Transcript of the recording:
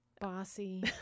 Bossy